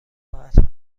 ساعت